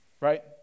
Right